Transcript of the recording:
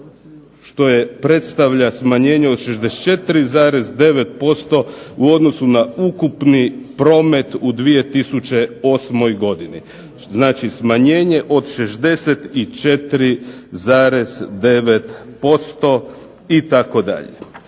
što predstavlja smanjenje od 64,9% u odnosu na ukupni promet u 2008. godini. Znači, smanjenje od 64,9% itd.